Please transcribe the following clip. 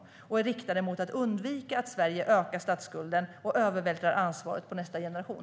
Vilka reformer är riktade mot att undvika att Sverige ökar statsskulden och övervältrar ansvaret på nästa generation?